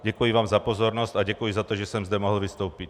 Děkuji vám za pozornost a za to, že jsem zde mohl vystoupit.